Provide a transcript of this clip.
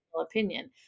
opinion